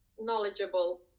knowledgeable